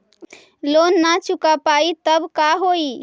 Loan न चुका पाई तब का होई?